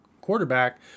quarterback